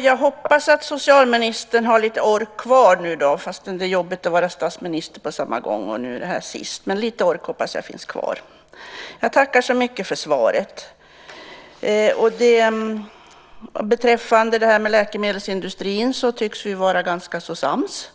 Fru talman! Jag tackar så mycket för svaret. Beträffande läkemedelsindustrin tycks vi vara ganska sams.